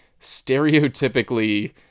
stereotypically